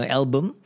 album